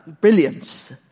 brilliance